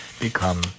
become